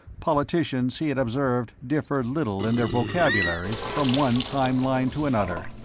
politicians, he had observed, differed little in their vocabularies from one time-line to another.